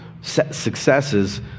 successes